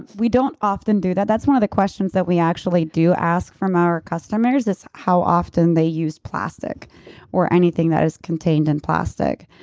we don't often do that, that's one of the questions that we actually do ask from our customers is how often they use plastic or anything that is contained in plastic.